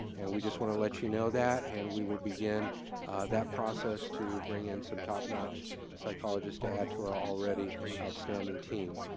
and we just wanna let you know that, and we will begin that process to bring in some top notch psychologists to add to our already outstanding team.